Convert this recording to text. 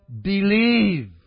believe